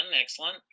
Excellent